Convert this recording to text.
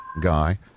guy